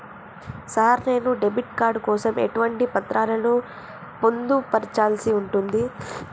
Sir నేను debit card కోసం ఎటువంటి పత్రాలను పొందుపర్చాల్సి ఉంటది?